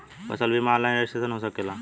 फसल बिमा online registration हो सकेला?